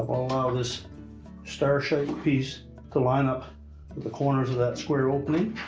allow this star-shaped piece to line up with the corners of that square opening.